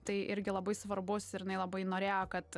tai irgi labai svarbus ir jinai labai norėjo kad